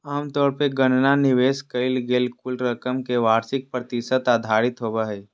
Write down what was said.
आमतौर पर गणना निवेश कइल गेल कुल रकम के वार्षिक प्रतिशत आधारित होबो हइ